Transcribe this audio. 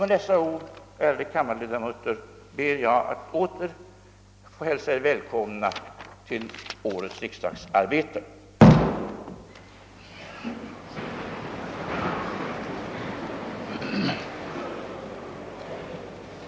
Med dessa ord, ärade kammarledamöter, ber jag att än en gång få hälsa er välkomna till årets riksdagsarbete.